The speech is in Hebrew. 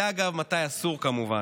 זה, אגב, מתי אסור, כמובן.